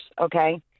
Okay